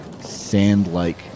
sand-like